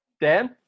Dan